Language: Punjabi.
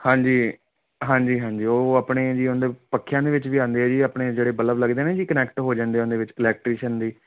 ਹਾਂਜੀ ਹਾਂਜੀ ਹਾਂਜੀ ਉਹ ਆਪਣੇ ਜੀ ਉਹਦੇ ਪੱਖਿਆਂ ਦੇ ਵਿੱਚ ਵੀ ਆਉਂਦੇ ਆ ਜੀ ਆਪਣੇ ਜਿਹੜੇ ਬਲਬ ਲੱਗਦੇ ਨੇ ਜੀ ਕਨੈਕਟ ਹੋ ਜਾਂਦੇ ਉਹਦੇ ਵਿੱਚ ਕੁਲੈਕਟਰੀਸ਼ਨ ਦੀ